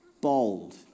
Bold